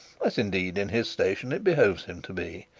as indeed in his station it behoves him to be.